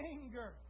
Anger